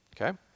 okay